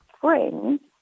friends